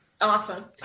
Awesome